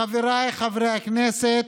חבריי חברי הכנסת,